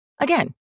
Again